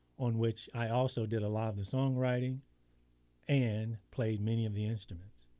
on which i also did a lot of the songwriting and played many of the instruments.